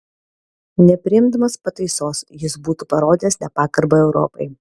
nepriimdamas pataisos jis būtų parodęs nepagarbą europai